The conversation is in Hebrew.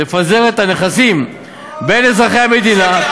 לפזר את הנכסים בין אזרחי המדינה,